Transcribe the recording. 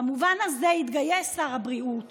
במובן הזה התגייס שר הבריאות